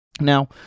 Now